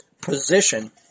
position